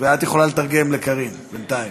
ואת יכולה לתרגם לקארין, בינתיים.